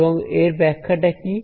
এবং এর ব্যাখ্যাটা কি